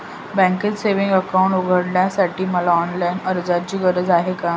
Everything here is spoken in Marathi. बँकेत सेविंग्स अकाउंट उघडण्यासाठी मला ऑनलाईन अर्जाची गरज आहे का?